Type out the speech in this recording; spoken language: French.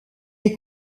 est